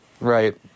right